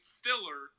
filler